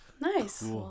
nice